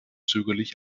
zögerlich